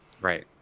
right